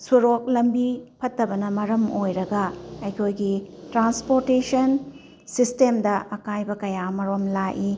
ꯁꯣꯔꯣꯛ ꯂꯝꯕꯤ ꯐꯠꯇꯕꯅ ꯃꯔꯝ ꯑꯣꯏꯔꯒ ꯑꯩꯈꯣꯏꯒꯤ ꯇ꯭ꯔꯥꯟꯁꯄꯣꯔꯇꯦꯁꯟ ꯁꯤꯁꯇꯦꯝꯗ ꯑꯀꯥꯏꯕ ꯀꯌꯥ ꯑꯃꯔꯣꯝ ꯂꯥꯛꯏ